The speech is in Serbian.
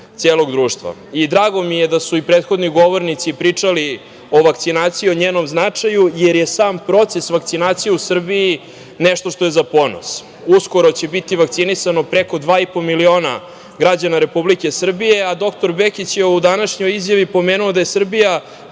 mi je da su i prethodni govornici pričali o vakcinaciji, o njenom značaju, jer je sam proces vakcinacije u Srbiji nešto što je za ponos. Uskoro će biti vakcinisano preko 2,5 miliona građana Srbije, a dr Bekić je u današnjoj izjavi pomenuo da je Srbija